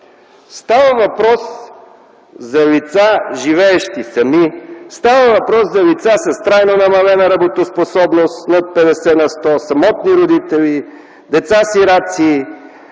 Става въпрос за лица, живеещи сами, лица с трайно намалена работоспособност над 50 на сто, самотни родители, деца-сираци,